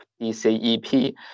DCEP